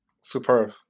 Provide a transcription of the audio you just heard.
Superb